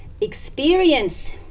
experience